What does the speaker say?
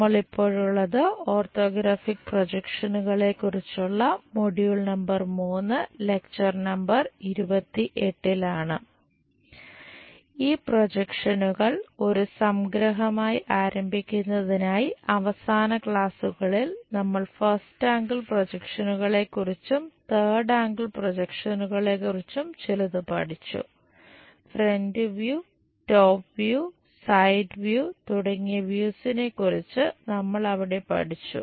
നമ്മൾ ഇപ്പോഴുള്ളത് ഓർത്തോഗ്രാഫിക് പ്രൊജക്ഷനുകളെ കുറിച്ചുള്ള മൊഡ്യൂൾ നമ്പർ 28 ലാണ് ഈ പ്രൊജക്ഷനുകൾ നമ്മൾ അവിടെ പഠിച്ചു